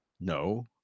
No